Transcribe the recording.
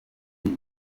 iyi